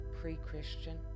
pre-Christian